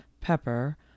pepper